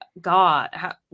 God